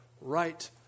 right